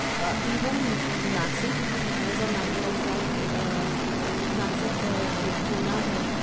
even Nasik is a matter of fact Nasik ہے پھر پونہ ہے